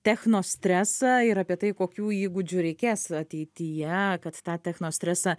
techno stresą ir apie tai kokių įgūdžių reikės ateityje kad tą techno stresą